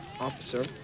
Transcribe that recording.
officer